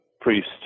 priest